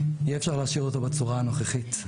אי אפשר להשאיר אותו בצורה הנוכחית.